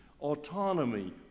autonomy